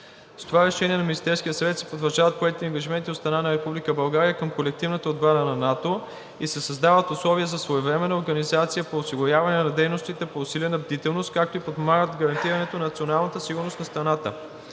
С това решение на Министерския съвет се потвърждават поетите ангажименти от страна на Република България към колективната отбрана на НАТО и се създават условия за своевременна организация по осигуряване на дейностите по усилена бдителност, както и подпомагат гарантирането на националната сигурност на страната.